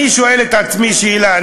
אני שואל את עצמי שאלה.